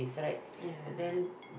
ya